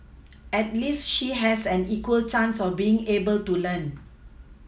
at least she has an equal chance of being able to learn